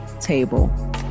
table